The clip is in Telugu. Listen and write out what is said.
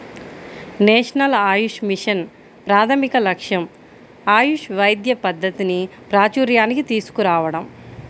నేషనల్ ఆయుష్ మిషన్ ప్రాథమిక లక్ష్యం ఆయుష్ వైద్య పద్ధతిని ప్రాచూర్యానికి తీసుకురావటం